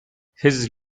his